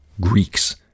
Greeks